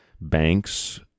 banks